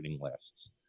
lists